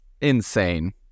insane